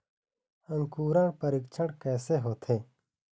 अंकुरण परीक्षण कैसे होथे?